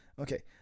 Okay